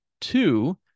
two